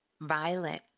violet